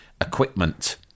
equipment